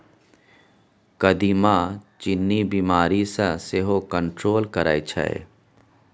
कदीमा चीन्नी बीमारी केँ सेहो कंट्रोल करय छै